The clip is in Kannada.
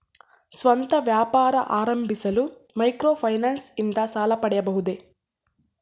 ಸ್ವಂತ ವ್ಯಾಪಾರ ಆರಂಭಿಸಲು ಮೈಕ್ರೋ ಫೈನಾನ್ಸ್ ಇಂದ ಸಾಲ ಪಡೆಯಬಹುದೇ?